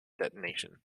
detonation